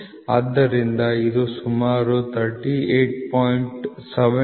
ಆದ್ದರಿಂದ ಇದು ಸರಿಸುಮಾರು 38